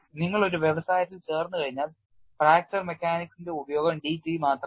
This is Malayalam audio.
നിങ്ങൾ ഒരു വ്യവസായത്തിൽ ചേർന്നുകഴിഞ്ഞാൽ ഫ്രാക്ചർ മെക്കാനിക്സിന്റെ ഉപയോഗം DT മാത്രമാണ്